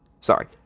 Sorry